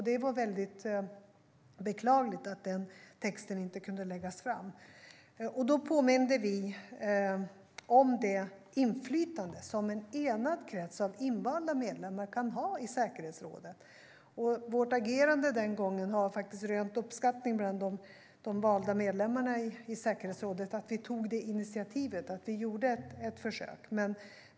Det var beklagligt att denna text inte kunde läggas fram. Vi påminde om det inflytande som en enad krets av invalda medlemmar kan ha i säkerhetsrådet. Vårt agerande den gången - att vi tog detta initiativ och gjorde ett försök - rönte uppskattning bland de valda medlemmarna i säkerhetsrådet.